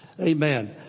Amen